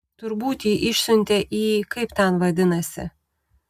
turbūt jį išsiuntė į kaip ten vadinasi